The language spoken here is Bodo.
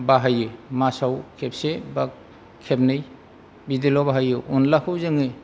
बाहायो मासआव खेबसे एबा खेबनै बिदिल' बाहायो अनद्लाखौ जोङो